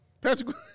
Patrick